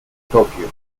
tokio